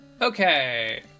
Okay